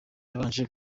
yabanje